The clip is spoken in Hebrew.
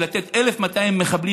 לתת 1,200 מחבלים,